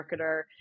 marketer